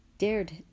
dared